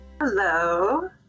hello